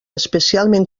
especialment